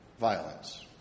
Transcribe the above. violence